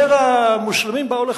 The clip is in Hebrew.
כאשר המוסלמים באו לכאן,